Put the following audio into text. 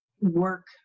work